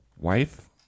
Wife